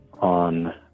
on